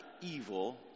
evil